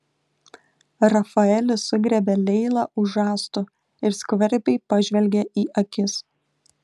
rafaelis sugriebė leilą už žastų ir skvarbiai pažvelgė į akis